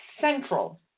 central